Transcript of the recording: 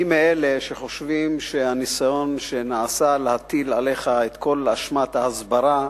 אני מאלה שחושבים שהניסיון שנעשה להטיל עליך את כל אשמת ההסברה,